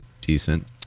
Decent